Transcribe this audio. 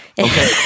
Okay